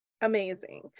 amazing